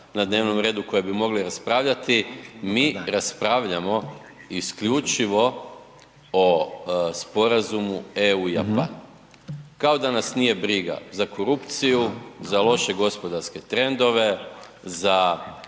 na dnevnom redu koje bi mogli raspravljati, mi raspravljamo isključivo o sporazumu EU i Japana. Kao da nas nije briga za korupciju, za loše gospodarske trendove, za